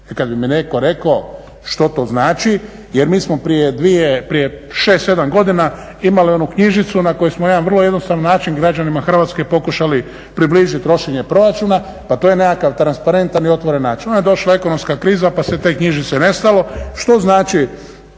kada bi mi netko rekao što to znači jer mi smo prije 2, prije 6, 7 godina imali onu knjižicu na koju smo na jedan vrlo jednostavan način građanima Hrvatske pokušali približiti trošenje proračuna, pa to je nekakav transparentan i otvoren način. Onda je došla ekonomska kriza pa se te knjižice nestalo, što znači